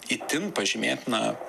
itin pažymėtiną